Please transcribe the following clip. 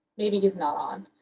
maybe he's not on.